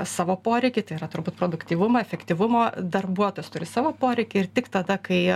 savo poreikį tai yra turbūt produktyvumo efektyvumo darbuotojas turi savo poreikį ir tik tada kai